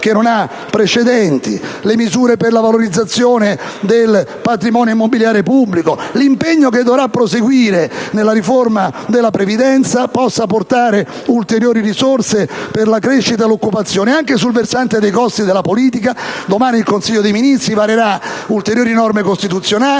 che non ha precedenti, attraverso le misure per la valorizzazione del patrimonio immobiliare pubblico, l'impegno che dovrà perseguire nella riforma della previdenza, si possano portare ulteriori risorse per la crescita e l'occupazione. Sul versante dei costi della politica domani il Consiglio dei ministri varerà ulteriori norme costituzionali